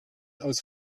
aus